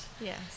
Yes